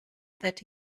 that